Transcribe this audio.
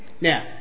Now